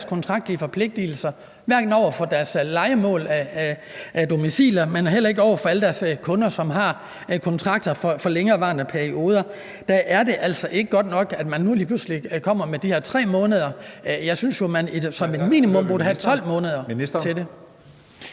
deres kontraktlige forpligtigelser, hverken i forhold til deres lejemål af domiciler, men heller ikke over for alle deres kunder, som har kontrakter, der gælder i længerevarende perioder. Der er det altså ikke godt nok, at man nu lige pludselig kommer med de her 3 måneder. Jeg synes jo, at man som et minimum burde have 12 måneder til det.